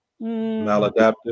Maladaptive